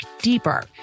deeper